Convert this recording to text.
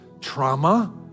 trauma